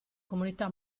comunità